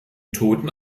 toten